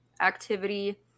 activity